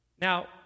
Now